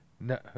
no